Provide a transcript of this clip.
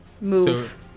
move